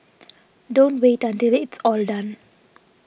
don't wait until it's all done